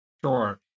sure